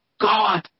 God